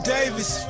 Davis